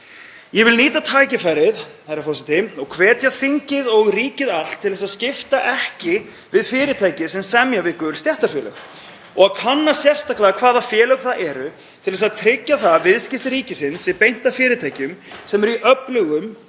Ég vil nýta tækifærið, herra forseti, og hvetja þingið og ríkið allt til að skipta ekki við fyrirtæki sem semja við gul stéttarfélög og kanna sérstaklega hvaða félög það eru til þess að tryggja að viðskiptum ríkisins sé beint að fyrirtækjum sem eru í öflugum